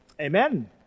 Amen